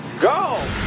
go